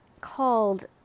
called